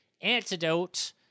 antidote